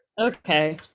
Okay